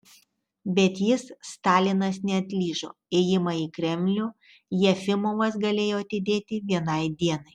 bet jis stalinas neatlyžo ėjimą į kremlių jefimovas galėjo atidėti vienai dienai